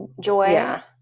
joy